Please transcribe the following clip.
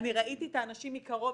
אני ראיתי את האנשים מקרוב,